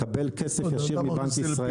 לקבל כסף ישיר מבנק ישראל.